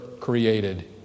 created